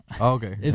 Okay